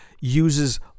uses